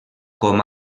com